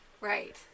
Right